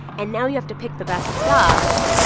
and now you have to pick the best stuff.